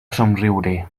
somriure